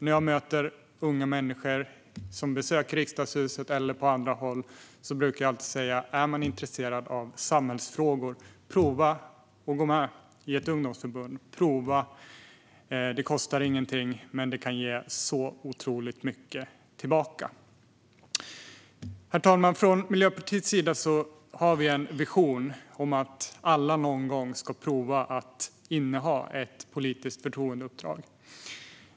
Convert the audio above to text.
När jag möter unga människor som besöker Riksdagshuset eller på andra håll brukar jag alltid säga att om man är intresserad av samhällsfrågor ska man prova att gå med i ett ungdomsförbund. Det kostar ingenting, men det kan ge otroligt mycket tillbaka. Herr talman! Miljöpartiet har en vision om att alla någon gång ska prova att inneha ett politiskt förtroendeuppdrag.